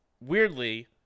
weirdly